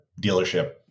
dealership